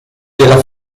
della